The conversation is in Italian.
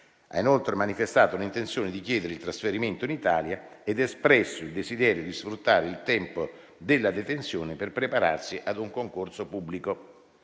Ha inoltre manifestato l'intenzione di chiedere il trasferimento in Italia ed espresso il desiderio di sfruttare il tempo della detenzione per prepararsi a un concorso pubblico.